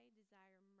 desire